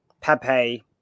Pepe